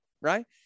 right